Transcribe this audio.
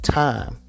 time